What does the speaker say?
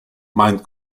mind